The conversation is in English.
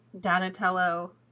Donatello